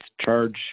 charge